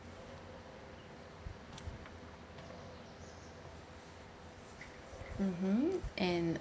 mmhmm and